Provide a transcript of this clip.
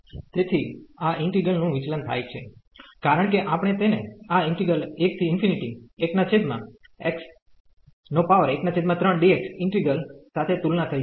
તેથી આ ઈન્ટિગ્રલ નું વિચલન થાય છે કારણ કે આપણે તેને આ 11x13dx ઈન્ટિગ્રલ સાથે તુલના કરી છે